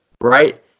Right